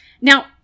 Now